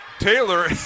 Taylor